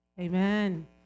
Amen